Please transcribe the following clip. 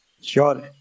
Sure